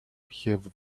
have